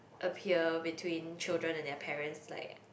appear between children and their parents like